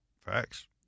Facts